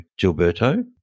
Gilberto